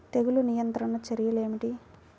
తెగులు నియంత్రణ చర్యలు ఏమిటి?